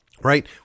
right